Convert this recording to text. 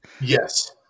Yes